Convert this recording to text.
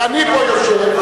ואני פה יושב,